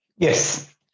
Yes